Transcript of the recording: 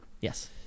Yes